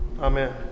Amen